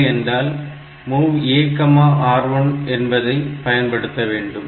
இல்லையென்றால் MOV AR1 என்பதை பயன்படுத்த வேண்டும்